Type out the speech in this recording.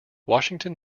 washington